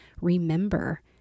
remember